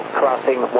crossing